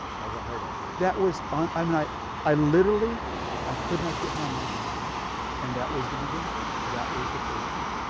that was unheard of. tom that was un. i mean i i literally i could not get my mind around it and that was the beginning that was the first one.